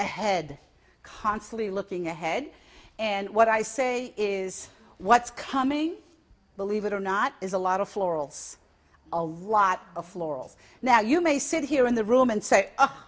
ahead constantly looking ahead and what i say is what's coming believe it or not is a lot of florals a lot of laurels now you may sit here in the room and say oh